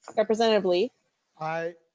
representative lee i.